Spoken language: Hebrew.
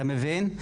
אתה מבין?